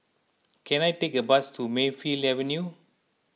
can I take a bus to Mayfield Avenue